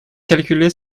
calculer